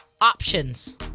options